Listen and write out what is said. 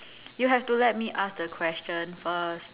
you have to let me ask the question first